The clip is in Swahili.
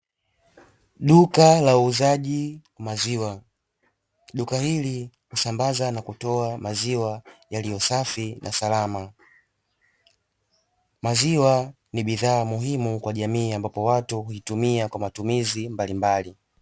Duka la uuzaji maziwa duka hili husambaza na kutoa maziwa yaliyo safi na salama, maziwa ni bidhaa muhimu kwa jamii ambapo watu huitumia kwa matumizi mbalimbali.